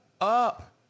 up